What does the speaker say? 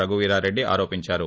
రఘువీరా రెడ్డి ఆరోపించారు